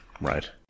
Right